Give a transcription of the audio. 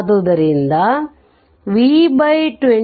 ಆದ್ದರಿಂದ ಇಲ್ಲಿ V25V50132ix